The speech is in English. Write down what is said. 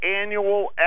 annual